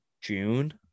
June